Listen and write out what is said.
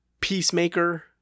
Peacemaker